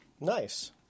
Nice